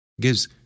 gives